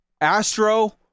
Astro –